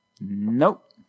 Nope